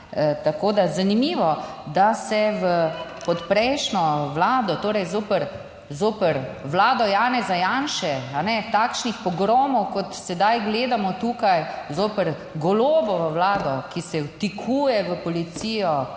Tako da zanimivo, da se v, pod prejšnjo vlado, torej zoper, zoper vlado Janeza Janše takšnih pogromov kot sedaj gledamo tukaj zoper Golobovo vlado, ki se vtikuje v policijo,